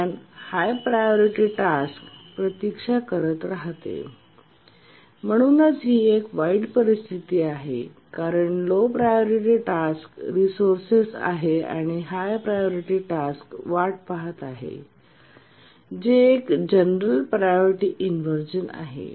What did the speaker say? दरम्यान high priority task प्रतीक्षा करत राहते म्हणूनच ही एक वाईट परिस्थिती आहे कारण लो प्रायोरिटी टास्क रिसोर्सेस आहे आणि हाय प्रायोरिटी टास्क वाट पहात आहे जे एक जनरल प्रायोरिटी इनव्हर्जन आहे